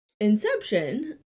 Inception